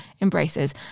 embraces